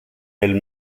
elle